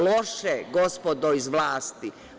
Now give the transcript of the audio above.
Loše, gospodo iz vlasti.